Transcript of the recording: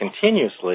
continuously